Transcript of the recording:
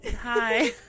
Hi